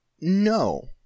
No